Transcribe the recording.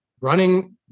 running